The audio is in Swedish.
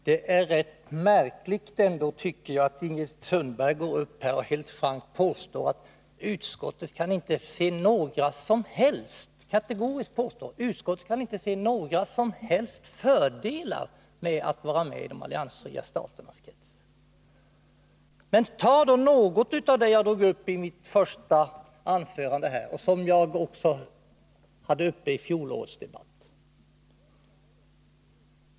Herr talman! Det är märkligt att Ingrid Sundberg helt frankt kategoriskt påstår att utskottet inte kan se några som helst fördelar med att vara med i de alliansfria staternas krets. Ta bara de saker jag tog upp i mitt första anförande och som jag berörde också i fjolårets debatt!